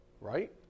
right